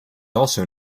also